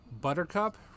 Buttercup